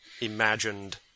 imagined